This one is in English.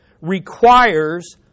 requires